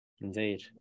Indeed